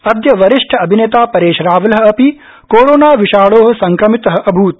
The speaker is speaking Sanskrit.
अद्य वरिष्ठ अभिनेता परेश रावल अपि कोरोना विषाणो संक्रमितः अभूत्